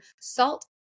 salt